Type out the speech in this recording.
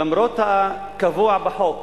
למרות הקבוע בחוק,